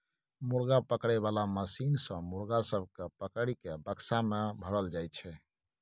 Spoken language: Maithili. मुर्गा पकड़े बाला मशीन सँ मुर्गा सब केँ पकड़ि केँ बक्सा मे भरल जाई छै